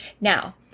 Now